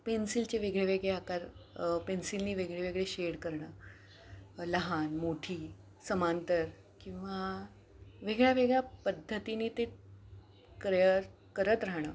पेन्सिलचे वेगळे वेगळे आकार पेन्सिलने वेगळे वेगळे शेड करणं लहान मोठी समांतर किंवा वेगळ्या वेगळ्या पद्धतीने ते करय करत राहणं